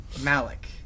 Malik